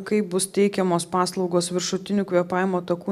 kaip bus teikiamos paslaugos viršutinių kvėpavimo takų